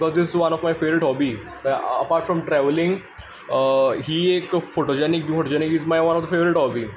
because this is one of my favourite hobby apart from travelling ही एक photogenic photogenic is my one of the favourite hobby